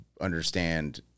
understand